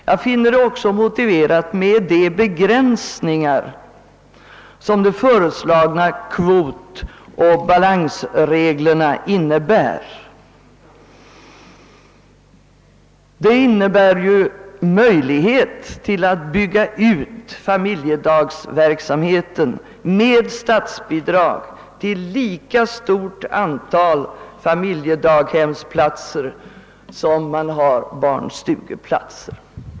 Jag finner också de begränsningar som de föreslagna kvotoch balansreglerna innebär vara motiverade. De medför ju en möjlighet till utbyggnad av familjedaghemsverksamheten med statsbidrag till ett lika stort antal platser som det finns barnstugeplatser.